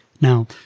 Now